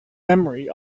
memory